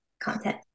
Content